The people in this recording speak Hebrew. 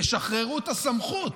תשחררו את הסמכות,